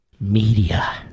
media